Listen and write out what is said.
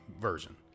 version